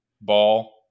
ball